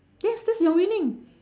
yes yes you're winning